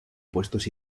puestos